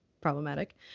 problematic